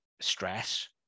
stress